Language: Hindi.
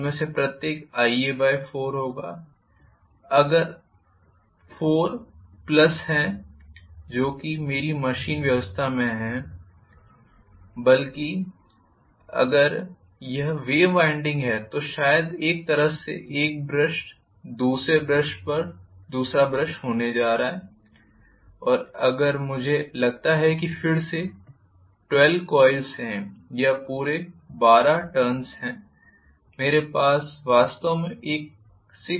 उनमें से प्रत्येक Ia4 होगा अगर 4 प्लस हैं जो कि मेरी मशीन व्यवस्था में हैं बल्कि अगर यह वेव वाइंडिंग है तो शायद एक तरफ एक ब्रश दूसरे तरफ पर दूसरा ब्रश होने जा रहा है और अगर मुझे लगता है कि फिर से 12 कॉइल्स हैं या पूरे 12 टर्न्स हैं मेरे पास वास्तव में एक तरफ 6 टर्न्स होने जा रहे हैं